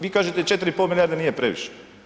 Vi kažete 4,5 milijarde nije previše.